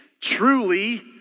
truly